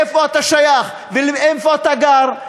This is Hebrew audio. לאיפה אתה שייך ואיפה אתה גר,